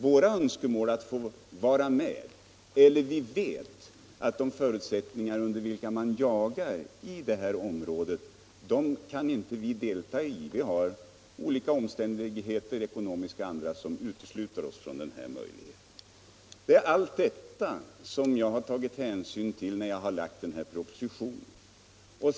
De berörda jägarna har inte kunnat utnyttja de förutsättningar under vilka man jagar i vissa sådana områden. Olika omständigheter — eko nomiska och andra — utesluter dem från denna möjlighet. Allt detta har jag tagit hänsyn till när jag har lagt denna proposition.